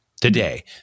Today